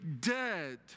dead